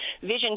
vision